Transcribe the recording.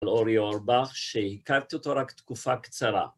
על אורי אורבך, שהכרתי אותו רק תקופה קצרה.